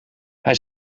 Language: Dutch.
hij